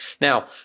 Now